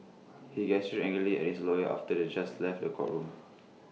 he gestured angrily at his lawyers after the just left the courtroom